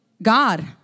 God